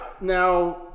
now